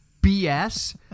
BS